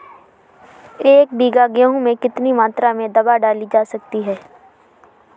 एक बीघा गेहूँ में कितनी मात्रा में दवा डाली जा सकती है?